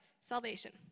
Salvation